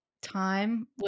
Time